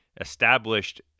established